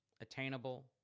attainable